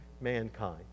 mankind